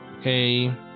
Okay